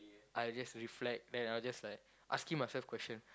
I will just reflect then I will just like asking myself questions